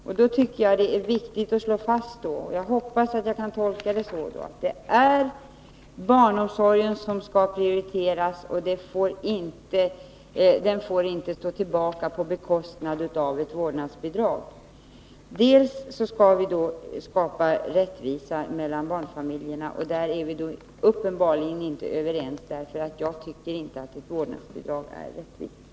Jag hoppas att jag gör en riktig tolkning, när jag slår fast att det är barnomsorgen som skall prioriteras och att den inte får stå tillbaka för införandet av vårdnadsbidrag. Vi skall också skapa rättvisa mellan barnfamiljerna. På den punkten är vi uppenbarligen inte överens. Jag tycker nämligen inte att ett vårdnadsbidrag är rättvist.